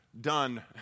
done